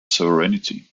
sovereignty